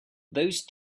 those